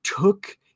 took